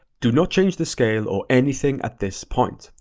do not change the scale or anything at this point,